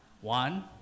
One